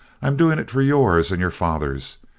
i'm doing it for yours and your father's.